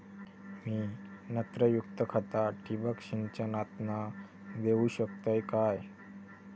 मी नत्रयुक्त खता ठिबक सिंचनातना देऊ शकतय काय?